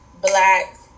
black